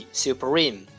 supreme，